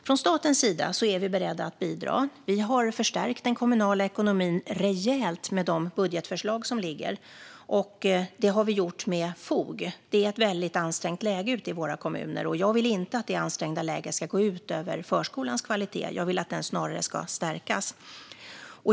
Från statens sida är vi beredda att bidra. Vi har förstärkt den kommunala ekonomin rejält med de budgetförslag vi lagt fram, och det har vi gjort med fog. Läget ute i våra kommuner är väldigt ansträngt, och jag vill inte att det ansträngda läget ska gå ut över förskolans kvalitet - jag vill snarare att den ska stärkas.